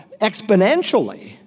exponentially